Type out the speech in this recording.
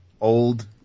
old